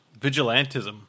vigilantism